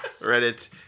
Reddit